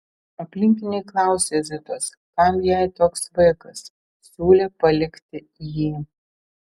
aplinkiniai klausė zitos kam jai toks vaikas siūlė palikti jį